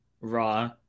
raw